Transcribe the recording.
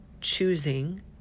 choosing